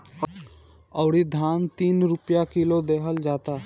अउरी धान तीन रुपिया किलो देहल जाता